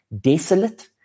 desolate